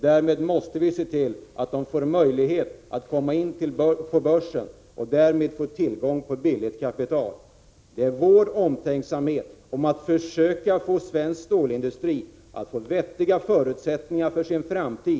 Därmed måste vi se till att SSAB får möjlighet att komma in på börsen och få tillgång till billigt kapital. Det är vår omtänksamhet att försöka ge svensk stålindustri vettiga förutsättningar för sin framtid.